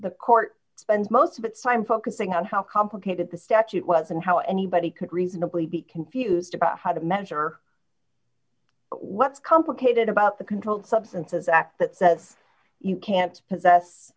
the court spends most of its time focusing on how complicated the statute was and how anybody could reasonably be confused about how to measure what's complicated about the controlled substances act that says you can't possess